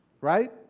Right